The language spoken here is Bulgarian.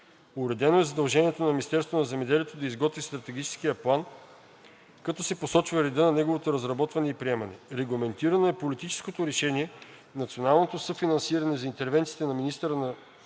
на земеделието да изготви Стратегическия план, като се посочва редът за неговото разработване и приемане. Регламентирано е политическото решение националното съфинансиране на интервенциите за развитие на селските